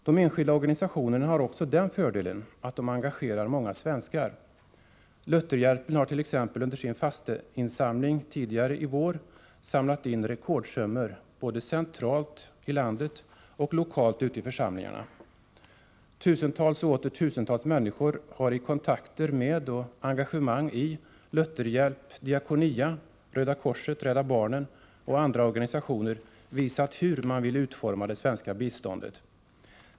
De enskilda organisationerna har också den fördelen att de engagerar många svenskar. Lutherhjälpen har t.ex. under sin fasteinsamling tidigare i vår samlat in rekordsummor både centralt i landet och lokalt ute i församlingarna. Tusentals och åter tusentals människor har i kontakter med och engagemang i Lutherhjälpen, Diakonia, Röda korset, Rädda barnen och andra organisationer visat hur man vill utforma det svenska biståndet.